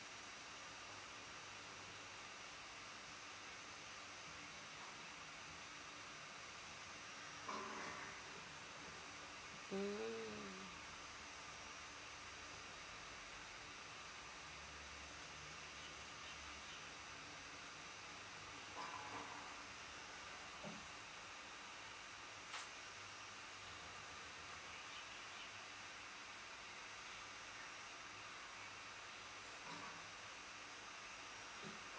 mm